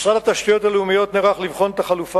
משרד התשתיות הלאומיות נערך לבחון את החלופה